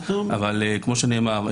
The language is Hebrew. אבל כמו שנאמר,